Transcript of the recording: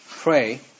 pray